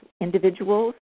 individuals